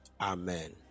amen